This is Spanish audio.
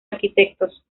arquitectos